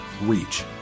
reach